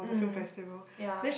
mm yeah